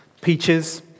peaches